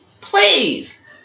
please